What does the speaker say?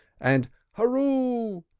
and hurroo!